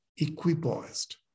equipoised